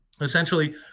essentially